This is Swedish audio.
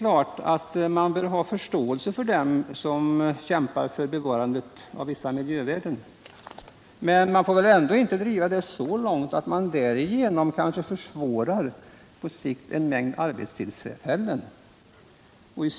Man bör givetvis ha förståelse för dem som kämpar för bevarandet av vissa miljövärden men får inte driva detta så långt att man därigenom på sikt kanske försvårar skapandet av en del arbetstillfällen.